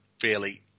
fairly